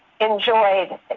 enjoyed